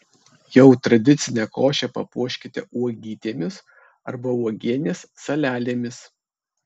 jau tradicinę košę papuoškite uogytėmis arba uogienės salelėmis